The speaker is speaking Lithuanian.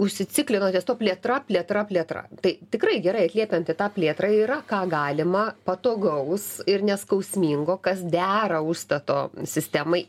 užsiciklino ties tuo plėtra plėtra plėtra tai tikrai gerai atliepiant į tą plėtrą yra ką galima patogaus ir neskausmingo kas dera užstato sistemai